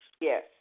Yes